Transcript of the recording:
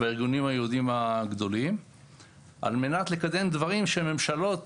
והארגונים היהודים הגדולים על מנת לקדם דברים שממשלות